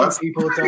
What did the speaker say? people